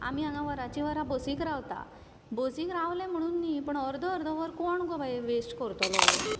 आमी हांगा वरांची वरां बसीक रावता बसीक रावलें म्हणून न्ही अर्ध अर्धवर कोण गो बाये वेस्ट करतलो